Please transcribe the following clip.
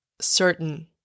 certain